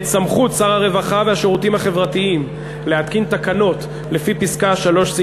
את סמכות שר הרווחה והשירותים החברתיים להתקין תקנות לפי פסקה 3(ב)